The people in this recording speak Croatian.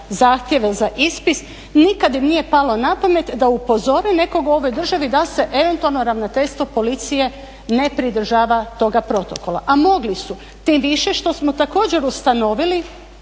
zahtjeva za ispis nikad nije palo na pamet da upozore nekog u ovoj državi da se eventualno ravnateljstvo Policije ne pridržava toga protokola. A mogli su, tim više što smo također ustanovili